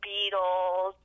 Beatles